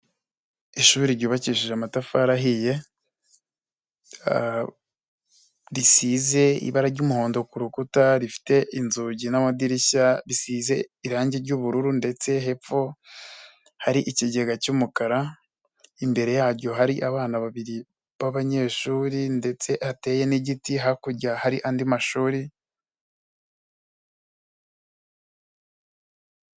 Ishuri ryubakishije amatafari ahiye, risize ibara ry'umuhondo ku rukuta, rifite inzugi n'madirishya risize irangi ry'ubururu, ndetse hepfo hari ikigega cy'umukara, imbere yaryo hari abana babiri b'abanyeshuri, ndetse hateye n'igiti, hakurya hari andi mashuri.